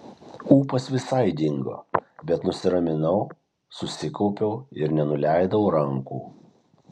ūpas visai dingo bet nusiraminau susikaupiau ir nenuleidau rankų